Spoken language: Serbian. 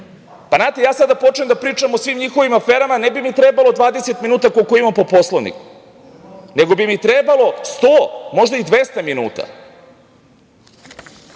da ja sada počnem da pričam o svim njihovim aferama, ne bi mi trebalo 20 minuta koliko imam po Poslovniku, nego bi mi trebalo 100, 200 minuta. Isto,